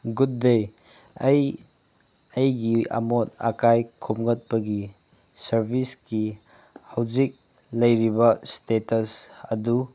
good day ꯑꯩ ꯑꯩꯒꯤ ꯑꯃꯣꯠ ꯑꯀꯥꯏ ꯈꯣꯝꯒꯠꯄꯒꯤ ꯁꯥꯔꯕꯤꯁꯀꯤ ꯍꯧꯖꯤꯛ ꯂꯩꯔꯤꯕ ꯏꯁꯇꯦꯇꯁ ꯑꯗꯨ